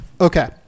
okay